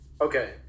Okay